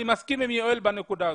אני מסכים עם יואל בנקודה הזאת.